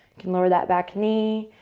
can lower that back knee,